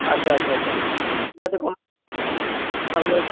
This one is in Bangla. আচ্ছা আচ্ছা আচ্ছা ঠিক আছে কোন তাহলে